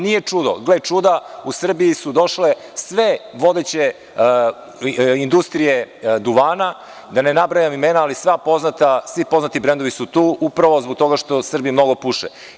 Nije čudo, gle čuda, u Srbiju su došle sve vodeće industrije duvana, da ne nabrajam imena, ali svi poznati brendovi su tu, a upravo zbog toga što Srbi mnogo puše.